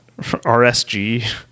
RSG